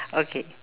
okay